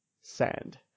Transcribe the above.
sand